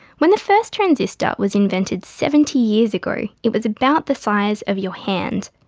when the first transistor was invented seventy years ago, it was about the size of your hand.